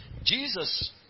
Jesus